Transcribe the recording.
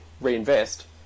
reinvest